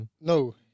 No